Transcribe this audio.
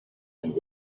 and